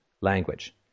language